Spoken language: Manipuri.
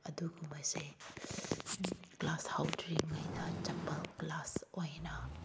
ꯑꯗꯨꯒꯨꯝꯕꯁꯦ ꯀ꯭ꯂꯥꯁ ꯍꯧꯗ꯭ꯔꯤꯉꯩꯗ ꯆꯠꯄ ꯀ꯭ꯂꯥꯁ ꯑꯣꯏꯅ